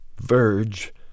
Verge